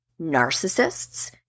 narcissists